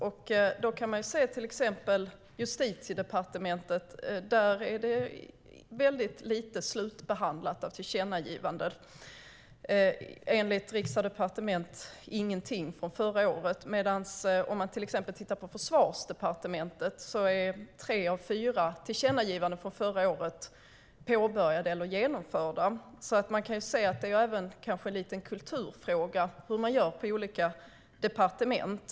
Man kan till exempel se att det är få tillkännagivanden som är slutbehandlade på Justitiedepartementet. Enligt Riksdag & Departement var det inga förra året. Men på Försvarsdepartementet är tre av fyra tillkännagivanden från förra året påbörjade eller genomförda. Man kan se att det kanske är en kulturfråga hur man gör på olika departement.